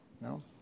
No